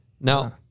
No